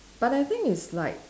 but I think it's like